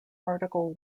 article